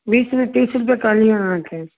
बीस नहि तीस रुपए कहलियै अहाँके